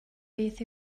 beth